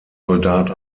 soldat